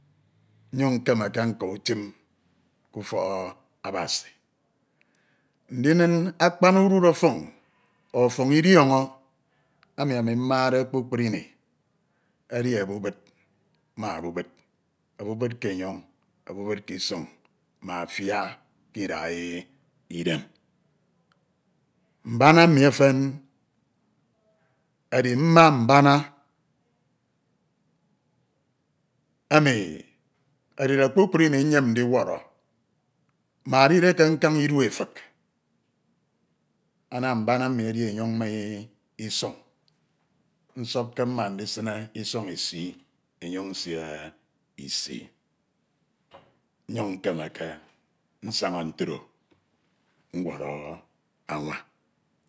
Nnyuñ ñkemeke nka utim k'ufọk Abasi, ndin akpan udud ọfọñ ọfọñ idiọñọ emi ami mmade kpukpru ini edi obubid ma obudbid, obubid ke enyoñ, obubid ke isọñ ma afia k'idak idem. Mbana mmi efen edi mma mbana emi edide kpukpru ini nnyem ndiwọrọ ma edide ke nkañ idu efik ana mbana mmi edi enyoñ ma isọñ nsọpke mma ndisine isọñ isi enyoñ nsie isi nnyuñ nkemeke nsaña ntro ñwọrọ anwa.